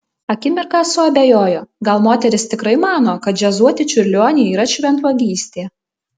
akimirką suabejojo gal moteris tikrai mano kad džiazuoti čiurlionį yra šventvagystė